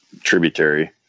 tributary